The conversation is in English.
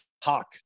talk